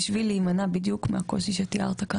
בשביל להימנע בדיוק מהקושי שתיארת כאן.